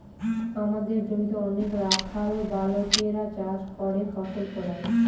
আমাদের জমিতে অনেক রাখাল বালকেরা চাষ করে ফসল ফলায়